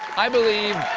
i believe